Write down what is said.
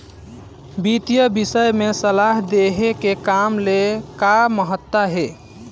वितीय विषय में सलाह देहे के काम के का महत्ता हे?